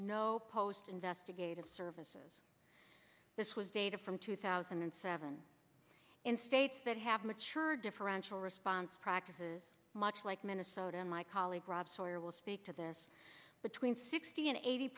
no post investigative services this was data from two thousand and seven in states that have mature differential response practices much like minnesota and my colleague rob sawyer will speak to this between sixty and eighty